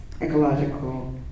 ecological